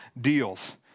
deals